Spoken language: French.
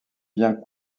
vient